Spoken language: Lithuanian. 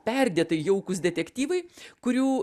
perdėtai jaukūs detektyvai kurių